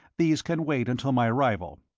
these can wait until my arrival.